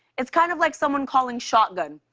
it's kind of like someone calling shotgun,